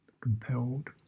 compelled